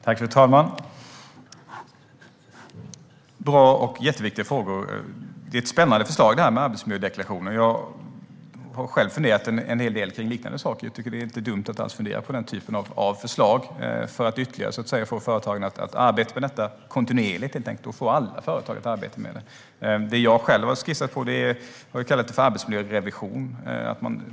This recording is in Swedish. Fru talman! Bra och jätteviktiga frågor! Det här med arbetsmiljödeklarationer är ett spännande förslag,. Jag har själv funderat en hel del på liknande saker. Det är inte alls dumt att fundera på den typen av förslag för att få företagen att arbeta med detta kontinuerligt och få alla företag att arbeta med det. Det jag själv har skissat på kan kallas arbetsmiljörevision.